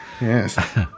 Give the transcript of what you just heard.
Yes